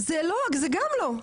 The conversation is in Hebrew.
זה גם לא,